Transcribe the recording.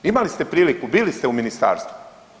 Imali ste priliku, bili ste u ministarstvu.